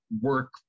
work